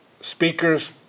speakers